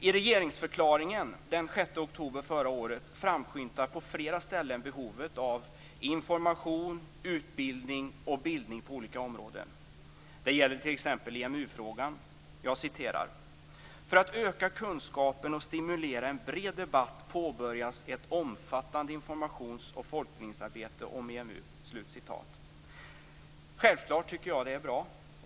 I regeringsförklaringen den 6 oktober förra året framskymtar på flera ställen behovet av information, utbildning och bildning på olika områden. Det gäller t.ex. EMU-frågan. Jag citerar: "för att öka kunskapen och stimulera en bred debatt påbörjas ett omfattande informations och folkbildningsarbete om EMU." Självklart tycker jag att det är bra.